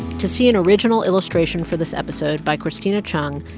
to see an original illustration for this episode by christina chung,